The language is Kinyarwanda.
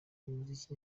umuziki